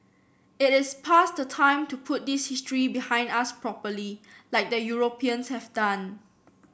it is past the time to put this history behind us properly like the Europeans have done